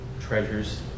treasures